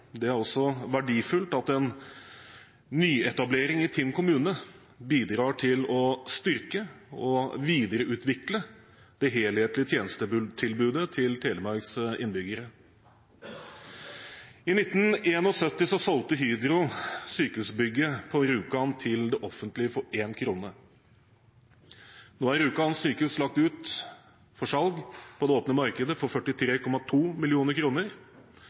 Det er også verdifullt at en nyetablering i Tinn kommune bidrar til å styrke og videreutvikle det helhetlige tjenestetilbudet til Telemarks innbyggere. I 1971 solgte Hydro sykehusbygget på Rjukan til det offentlige for én krone. Nå er Rjukan sykehus lagt ut for salg på det åpne markedet for 43,2